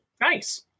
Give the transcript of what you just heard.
Nice